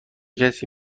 کسی